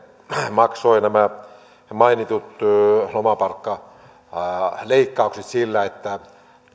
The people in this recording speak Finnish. maksoi nämä mainitut lomapalkkaleikkaukset sillä että